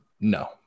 no